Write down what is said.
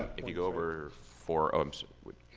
if you go over four oh, um so